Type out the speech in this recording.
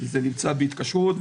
זה נמצא בהתקשרות.